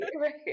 right